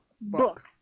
book